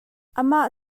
amah